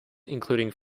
including